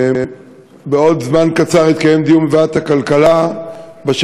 בעוד זמן קצר יתקיים בוועדת הכלכלה דיון